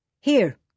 Here